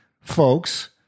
folks